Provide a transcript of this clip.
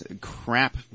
crap